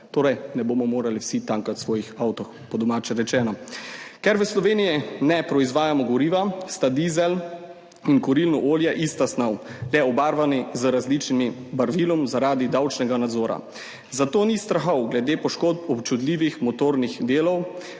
torej ne bomo mogli vsi tankati svojih avtov, po domače rečeno. Ker v Sloveniji ne proizvajamo goriva, sta dizel in kurilno olje ista snov, le obarvani z različnimi barvilom zaradi davčnega nadzora. Zato ni strahov glede poškodb občutljivih motornih delov